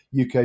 uk